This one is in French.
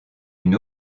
une